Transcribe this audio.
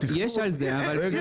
יש על זה, אבל בסדר.